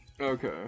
Okay